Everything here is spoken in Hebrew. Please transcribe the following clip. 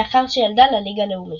לאחר שירדה לליגה הלאומית.